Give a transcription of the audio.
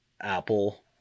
Apple